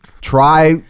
try